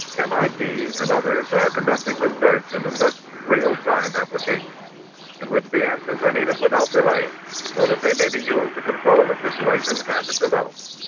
mit, and others, are conducting research into such real time applications in which the answers are needed without delay so that they may be used to control the situation as it develops.